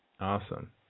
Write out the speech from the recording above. Awesome